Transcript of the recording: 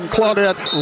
Claudette